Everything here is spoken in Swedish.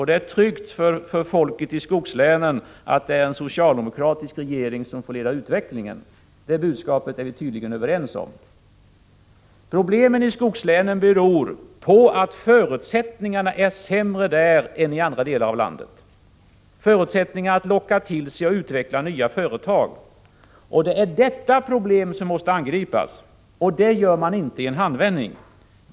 Det är tryggt för folket i skogslänen att det är en socialdemokratisk regering som får leda utvecklingen. Det budskapet är vi tydligen överens om. Problemen i skogslänen beror på att förutsättningarna är sämre där än i andra delar av landet — förutsättningarna att locka till sig och utveckla nya företag. Det är detta problem som måste angripas, och det gör man inte i en handvändning.